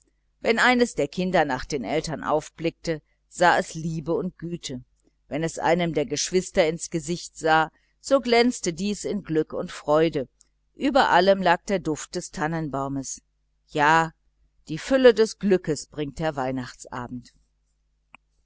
wenn eines der kinder nach den eltern aufblickte so sah es liebe und güte wenn es einem der geschwister ins gesicht sah so glänzte dies in glück und freude und über all dem lag der duft des tannenbaums ja die fülle des glückes bringt der weihnachtsabend